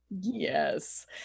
Yes